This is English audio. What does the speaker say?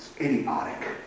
idiotic